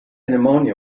pneumonia